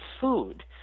food